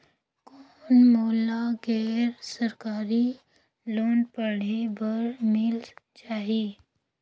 कौन मोला गैर सरकारी लोन पढ़े बर मिल जाहि?